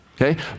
Okay